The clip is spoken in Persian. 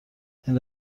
این